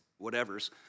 whatevers